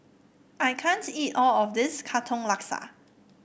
I can't eat all of this Katong Laksa